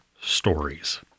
stories